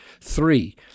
Three